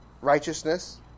righteousness